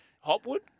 Hopwood